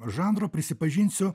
žanro prisipažinsiu